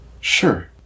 Sure